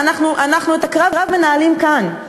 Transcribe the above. שאנחנו את הקרב מנהלים כאן,